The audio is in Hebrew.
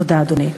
תודה, אדוני.